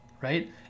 right